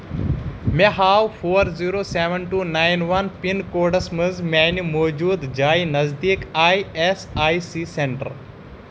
مےٚ ہاو four zero seven two nine one pin codes مَنٛز میانہِ موٗجوٗدٕ جایہِ نزدیٖک I S I C centre